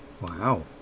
Wow